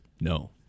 No